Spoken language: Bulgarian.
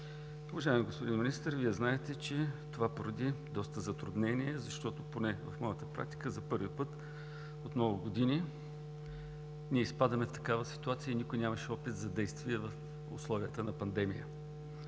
Уважаеми господин Министър, Вие знаете, че това породи доста затруднения, защото поне в моята практика за първи път от много години ние изпадаме в такава ситуация и никой нямаше опит за действие в условията на пандемия.